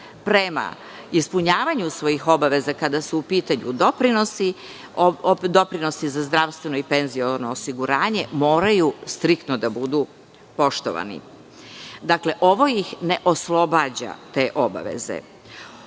prema ispunjavanju svojih obaveza kada su u pitanju doprinosi za zdravstveno i penziono osiguranje moraju striktno da budu poštovane. Dakle, ovo ih ne oslobađa te obaveze. Predlog